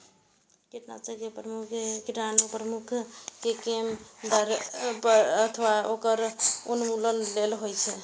कीटनाशक के उपयोग कीड़ाक प्रभाव कें कम करै अथवा ओकर उन्मूलन लेल होइ छै